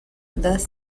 thus